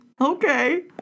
Okay